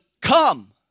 come